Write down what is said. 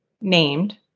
named